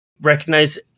recognize